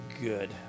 good